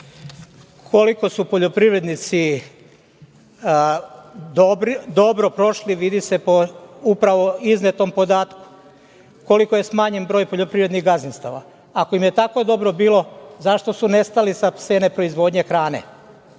Hvala. Koliko su poljoprivrednici dobro prošli vidi se po upravo iznetom podatku, koliko je smanjen broj poljoprivrednih gazdinstava. Ako im je tako dobro bilo, zašto su nestali sa cene proizvodnje hrane?